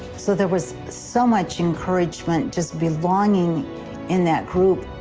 so there was so much encouragement just belonging in that group.